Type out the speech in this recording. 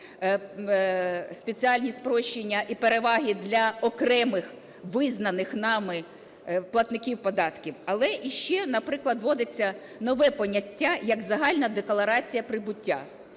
спеціальні спрощення і переваги для окремих визнаних нами платників податків, але і ще, наприклад, вводиться нове поняття як "загальна декларація прибуття".